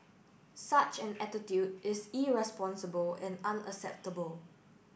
such an attitude is irresponsible and unacceptable